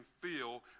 feel